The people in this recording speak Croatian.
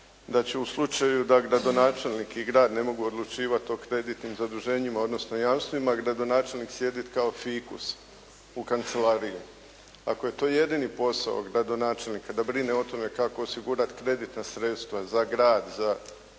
da će u slučaju da gradonačelnik i grad ne mogu odlučivati o kreditnim zaduženjima odnosno jamstvima gradonačelnik sjediti kao fikus u kancelariji. Ako je to jedini posao gradonačelnika da brine o tome kako osigurati kreditna sredstva za grad, za